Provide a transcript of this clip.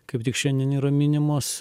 kaip tik šiandien yra minimos